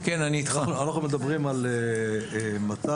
אנחנו מדברים על 200